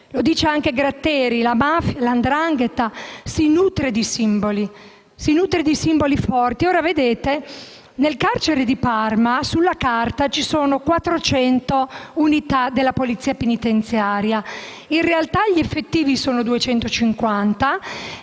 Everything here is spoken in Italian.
Lo dice anche Gratteri: la 'ndrangheta si nutre di simboli, di simboli forti. Nel carcere di Parma, sulla carta, ci sono 400 unità della polizia penitenziaria. In realtà, gli effettivi sono 250